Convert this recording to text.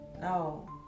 no